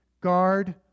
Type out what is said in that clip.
guard